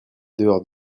dehors